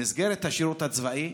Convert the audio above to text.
במסגרת השירות הצבאי,